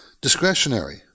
discretionary